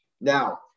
Now